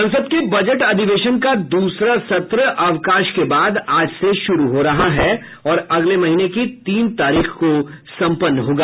संसद के बजट अधिवेशन का दूसरा सत्र अवकाश के बाद आज से शुरू हो रहा है और अगले महीने की तीन तारीख को सम्पन्न होगा